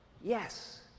yes